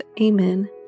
Amen